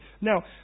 Now